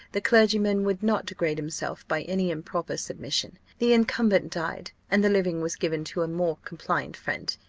the clergyman would not degrade himself by any improper submission. the incumbent died, and the living was given to a more compliant friend.